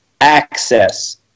access